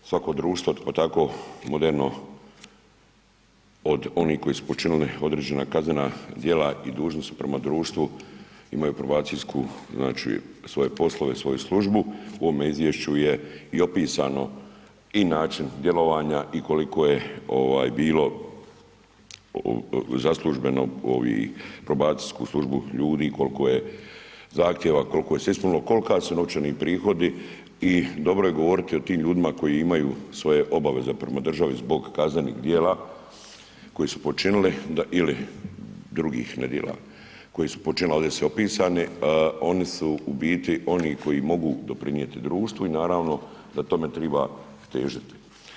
Svako društvo pa tako moderno od onih koji su počinili određena kaznena djela i dužni su prema društvu, imaju probacijsku, znači svoje poslove i svoju službu, u ovome izvješću je i opisano i način djelovanja i koliko je bilo za službeno probacijsku službu ljudi, koliko je zahtjeva, koliko se ispunilo, koliko su novčani prihodi i dobro je govoriti o tim ljudima koji imaju svoje obaveze prema državi zbog kaznenih djela koje su počinili ili drugih nedjela koje su počinili a ovdje je su opisani, oni su u biti oni koji mogu doprinijeti društvu i naravno da tome treba težiti.